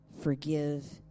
forgive